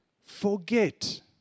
forget